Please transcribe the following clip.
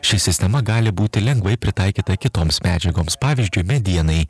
ši sistema gali būti lengvai pritaikyta kitoms medžiagoms pavyzdžiui medienai